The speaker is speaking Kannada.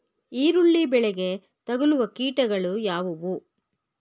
ಈರುಳ್ಳಿ ಬೆಳೆಗೆ ತಗಲುವ ಕೀಟಗಳು ಯಾವುವು?